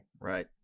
Right